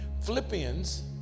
Philippians